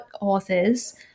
authors